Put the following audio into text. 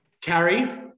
Carrie